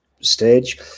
stage